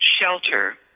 shelter